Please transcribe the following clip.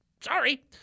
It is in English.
sorry